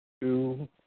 Two